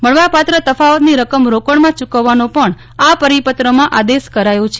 મળવાપાત્ર તફાવત ની રકમ રોકડમાં ચૂકવવાનો પણ આ પરિપત્રમાં આદેશ કરાયો છે